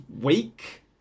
week